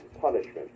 punishment